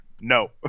no